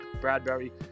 Bradbury